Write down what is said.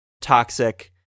Toxic